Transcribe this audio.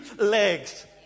legs